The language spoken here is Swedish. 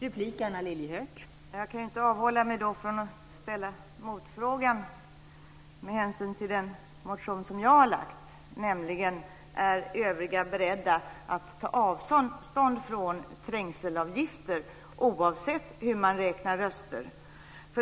Fru talman! Jag kan med hänsyn till den motion som jag har väckt inte avhålla mig från att ställa en motfråga: Är de övriga beredda att ta avstånd från trängselavgifter oavsett hur man räknar röster?